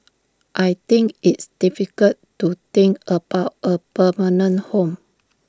I think it's difficult to think about A permanent home